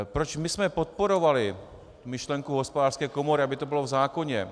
Proč jsme podporovali myšlenku Hospodářské komory, aby to bylo v zákoně?